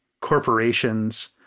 corporations